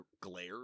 glare